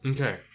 Okay